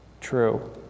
True